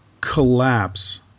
collapse